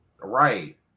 Right